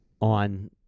on